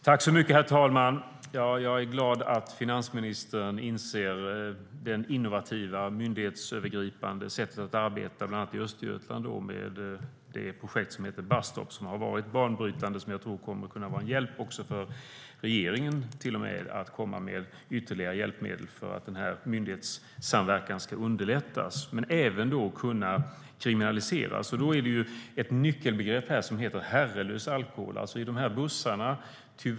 Herr talman! Jag är glad att finansministern inser det innovativa i det myndighetsövergripande sättet att arbeta i bland annat Östergötland, där projektet Bus Stop har varit banbrytande. Jag tror att det kommer att kunna vara en hjälp för regeringen att komma med ytterligare hjälpmedel för att underlätta myndighetssamverkan. Man ska även kunna kriminalisera. Ett nyckelbegrepp är herrelös alkohol.